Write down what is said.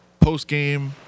postgame